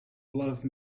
love